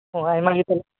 ᱚ ᱟᱭᱢᱟ ᱜᱮ